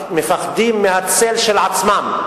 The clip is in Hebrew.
מפחדים מהצל של עצמם.